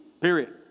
Period